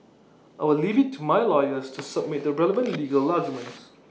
I will leave IT to my lawyers to submit the relevant legal arguments